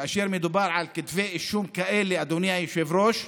כאשר מדובר על כתבי אישום כאלה, אדוני היושב-ראש,